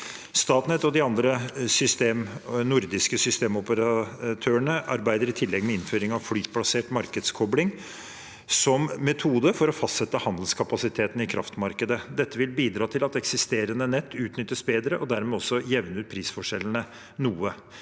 Statnett og de andre nordiske systemoperatørene arbeider i tillegg med innføring av flytbasert markedskobling som metode for å fastsette handelskapasiteten i kraftmarkedet. Dette vil bidra til at eksisterende nett utnyttes bedre og dermed også jevner ut prisforskjellene noe.